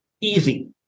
easy